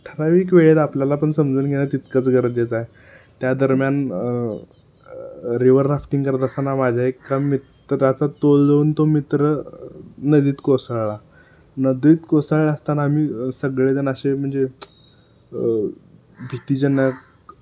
ठराविक वेळेत आपल्याला पण समजून घेणं तितकंच गरजेचं आहे त्या दरम्यान रिवर राफ्टिंग करत असताना माझ्या एका मित्राचा तोल देऊन तो मित्र नदीत कोसळला नदीत कोसळला असताना आम्ही सगळे जण असे म्हणजे भितीजनक